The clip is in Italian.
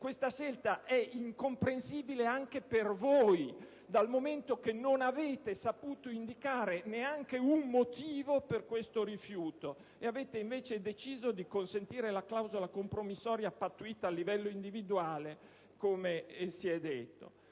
questa scelta è incomprensibile anche per voi, dal momento che non avete saputo indicare alcun motivo per il vostro rifiuto, e avete invece deciso di consentire la clausola compromissoria pattuita al livello individuale, della quale già detto.